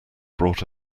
brought